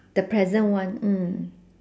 the present one mm